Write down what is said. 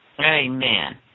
Amen